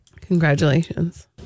Congratulations